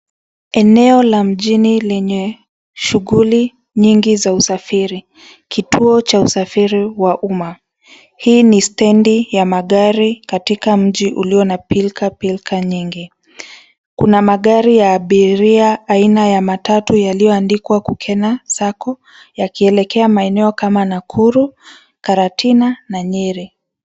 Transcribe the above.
Eneo la mjini lenye shughuli nyingi za usafiri. Kituo cha usafiri wa umma. Hii ni stendi ya magari katika mji ulio na pilkapilka nyingi. Kuna magari ya abiria aina ya matatu yaliyoandikwa Kukena Sacco yakielekea maeneo kama Nakuru, Karatina na Nyeri.